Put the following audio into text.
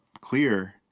clear